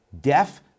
deaf